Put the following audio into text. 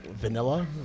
vanilla